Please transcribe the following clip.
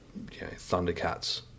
Thundercats